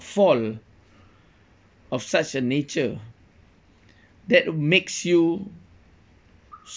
fall of such a nature that makes you